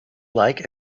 like